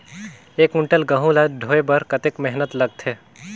एक कुंटल गहूं ला ढोए बर कतेक मेहनत लगथे?